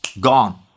gone